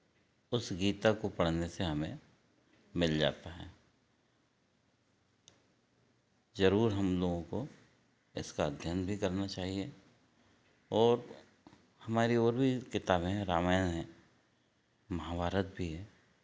उस गीता को पढ़ने से हमें मिल जाता है ज़रूर हम लोगों को इसका अध्ययन भी करना चाहिए और हमारी और भी किताबें हैं रामायण है महाभारत भी है